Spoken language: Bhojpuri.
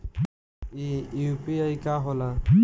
ई यू.पी.आई का होला?